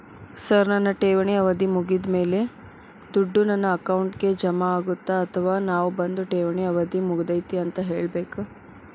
Sir ನನ್ನ ಠೇವಣಿ ಅವಧಿ ಮುಗಿದಮೇಲೆ, ದುಡ್ಡು ನನ್ನ ಅಕೌಂಟ್ಗೆ ಜಮಾ ಆಗುತ್ತ ಅಥವಾ ನಾವ್ ಬಂದು ಠೇವಣಿ ಅವಧಿ ಮುಗದೈತಿ ಅಂತ ಹೇಳಬೇಕ?